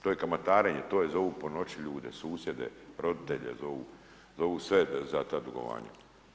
To je kamatarenje, to je zovu po noći ljude, susjede, roditelje zove, zove sve za ta dugovanja.